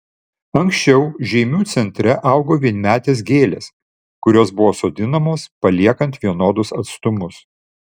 anksčiau žeimių centre augo vienmetės gėlės kurios buvo sodinamos paliekant vienodus atstumus